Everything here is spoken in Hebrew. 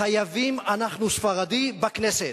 חייבים אנחנו ספרדי בכנסת.